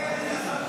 ההצעה